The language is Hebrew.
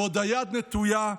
והיד עוד נטויה,